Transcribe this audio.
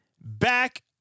back